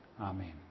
Amen